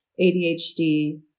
ADHD